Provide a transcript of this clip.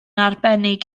arbennig